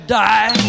die